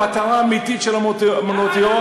המטרה האמיתית של מעונות-היום,